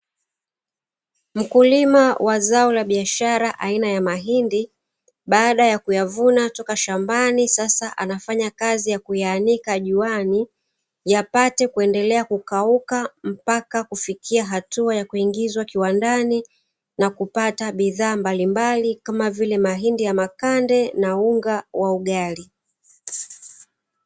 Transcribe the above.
Mkulima wa zao la biashara aina ya mahindi, baada ya kuyavuna, toka shambani sasa anafanya kazi ya kuyaanika juani, yapate kuendelea kukauka mpaka kufikia kiwango cha kuingizwa kiwandani, na kupata bidhaa mbalimbali kama vile mahindi ya makande, na unga wa ugali.